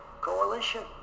coalition